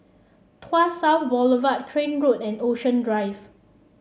Tuas South Boulevard Crane Road and Ocean Drive